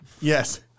Yes